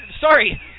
Sorry